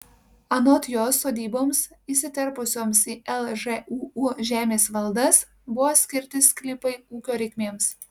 anot jos sodyboms įsiterpusioms į lžūu žemės valdas buvo skirti sklypai ūkio reikmėms